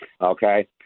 Okay